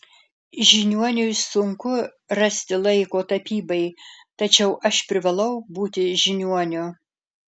žiniuoniui sunku rasti laiko tapybai tačiau aš privalau būti žiniuoniu